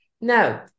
No